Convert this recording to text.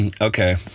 Okay